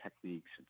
techniques